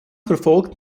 verfolgt